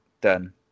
done